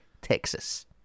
Texas